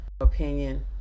opinion